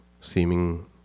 seeming